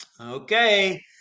okay